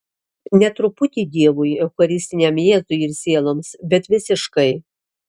ne truputį dievui eucharistiniam jėzui ir sieloms bet visiškai